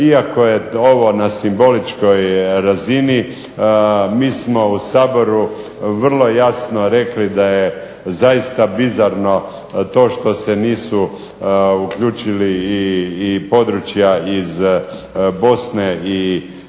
iako je ovo na simboličkoj razini, mi smo u Saboru vrlo jasno rekli da je zaista bizarno to što se nisu uključili i područja iz Bosne i